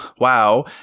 wow